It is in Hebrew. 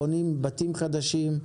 בונים בתים חדשים,